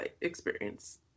experience